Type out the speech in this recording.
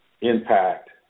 impact